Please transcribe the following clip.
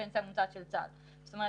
זאת אומרת,